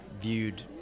viewed